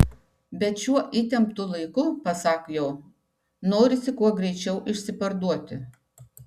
bet šiuo įtemptu laiku pasak jo norisi kuo greičiau išsiparduoti